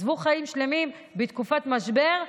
עזבו חיים שלמים בתקופת משבר,